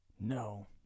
No